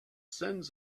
sends